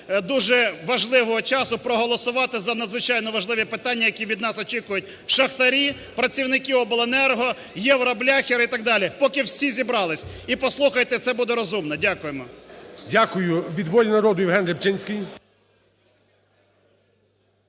дуже важливого часу, проголосувати за надзвичайно важливі питання, які від нас очікують шахтарі, працівники обленерго, "євробляхери" і так далі, поки всі зібралися. І послухайте, це буде розумно. Дякуємо. ГОЛОВУЮЧИЙ. Дякую. Від "Волі народу" Євген Рибчинський.